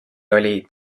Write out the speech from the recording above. olid